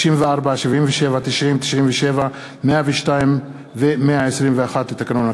64, 77, 90, 97, 102 ו-121 לתקנון הכנסת.